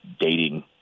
dating